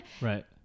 Right